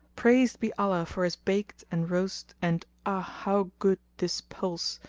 praised be allah for his baked and roast and ah! how good this pulse,